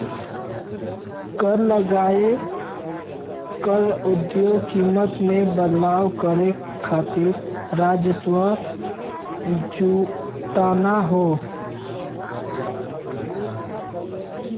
कर लगाये क उद्देश्य कीमत में बदलाव करे खातिर राजस्व जुटाना हौ